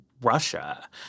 Russia